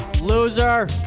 Loser